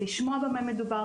לשמוע במה מדובר,